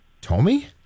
Tommy